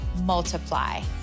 Multiply